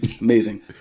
Amazing